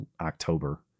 october